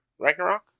Ragnarok